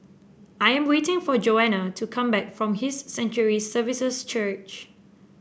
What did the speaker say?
I am waiting for Joanna to come back from His Sanctuary Services Church